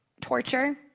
torture